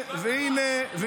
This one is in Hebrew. למה טרומית?